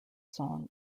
song